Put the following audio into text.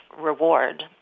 reward